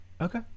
Okay